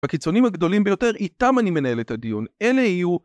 הקיצונים הגדולים ביותר איתם אני מנהל את הדיון, אלה יהיו